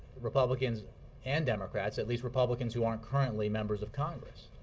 republicans and democrats at least republicans who aren't currently members of congress.